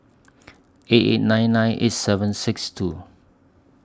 eight eight nine nine eight seven six two